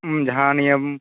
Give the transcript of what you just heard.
ᱩᱢ ᱡᱟᱦᱟᱸ ᱱᱤᱭᱚᱢ